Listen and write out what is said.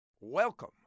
Welcome